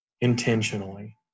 intentionally